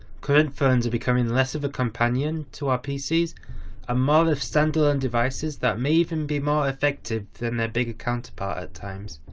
current phones are becoming less of a companion to our pcs and ah more of standalone devices that may even be more effective that and their bigger counterparts at times.